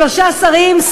שלושה שרים,